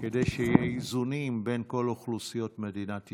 כדי שיהיו איזונים בין כל אוכלוסיות מדינת ישראל,